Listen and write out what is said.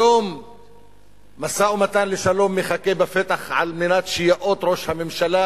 היום משא-ומתן לשלום מחכה בפתח שייאות ראש הממשלה